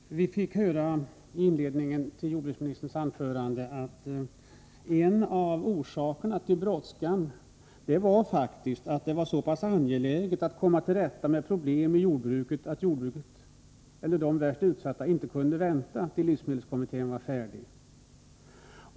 Fru talman! Vi fick höra i inledningen till jordbruksministerns anförande att en av orsakerna till brådskan var faktiskt att det var så pass angeläget att komma till rätta med problemen i jordbruket att de värst utsatta inte kunde vänta till dess livsmedelskommittén var färdig.